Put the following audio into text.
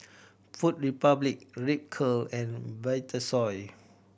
Food Republic Ripcurl and Vitasoy